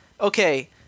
okay